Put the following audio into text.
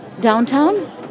Downtown